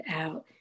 out